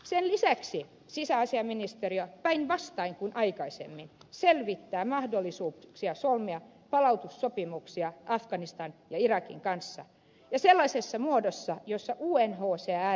sen lisäksi sisäasiainministeriö päinvastoin kuin aikaisemmin selvittää mahdollisuuksia solmia palautussopimuksia afganistanin ja irakin kanssa ja sellaisessa muodossa jossa unhcr olisi mukana